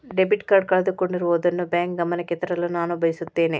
debit card ಕಳೆದುಕೊಂಡಿರುವುದನ್ನು bank ಗಮನಕ್ಕೆ ತರಲು ನಾನು ಬಯಸುತ್ತೇನೆ